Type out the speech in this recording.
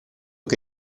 che